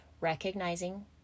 recognizing